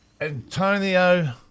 Antonio